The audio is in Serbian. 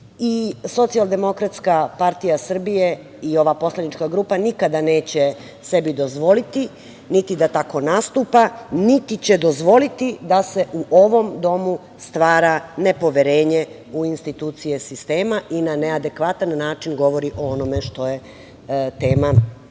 i o medijskoj slici i SDPS i ova poslanička grupa nikada neće sebi dozvoliti, niti da tako nastupa, niti će dozvoliti da se u ovom domu stvara nepoverenje u institucije sistema i na neadekvatan način govori o onome što je tema i tačka